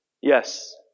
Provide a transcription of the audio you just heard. Yes